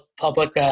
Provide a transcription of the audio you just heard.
public